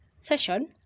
session